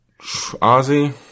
Ozzy